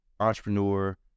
entrepreneur